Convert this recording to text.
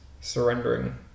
surrendering